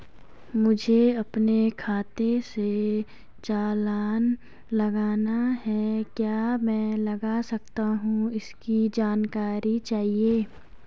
मुझे अपने खाते से चालान लगाना है क्या मैं लगा सकता हूँ इसकी जानकारी चाहिए?